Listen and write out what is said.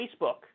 Facebook